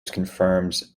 confirms